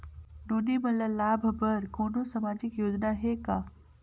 नोनी मन ल लाभ बर कोनो सामाजिक योजना हे का?